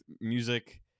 music